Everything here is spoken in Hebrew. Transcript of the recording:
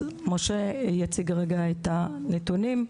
אז משה יציג כרגע את הנתונים,